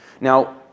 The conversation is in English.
Now